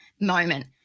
moment